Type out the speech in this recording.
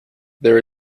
there